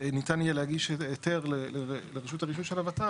ניתן יהיה להגיש היתר לרשות הרישוי של הות"ל,